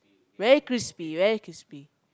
very crispy very crispy